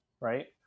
right